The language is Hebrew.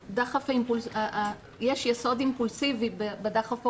שיש יסוד אימפולסיבי בדחף האובדני,